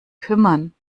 kümmern